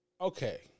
okay